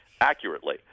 accurately